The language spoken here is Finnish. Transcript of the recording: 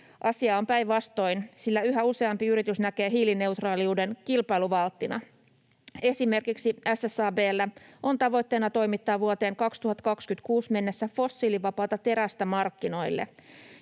Asia on päinvastoin, sillä yhä useampi yritys näkee hiilineutraaliuden kilpailuvalttina. Esimerkiksi SSAB:llä on tavoitteena toimittaa vuoteen 2026 mennessä fossiilivapaata terästä markkinoille